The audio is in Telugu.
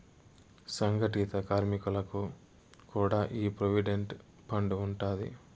సంగటిత కార్మికులకి కూడా ఈ ప్రోవిడెంట్ ఫండ్ ఉండాది